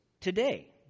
today